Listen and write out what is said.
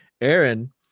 Aaron